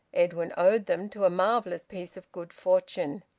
edwin owed them to a marvellous piece of good fortune.